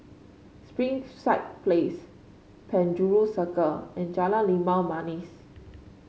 Springside Place Penjuru Circle and Jalan Limau Manis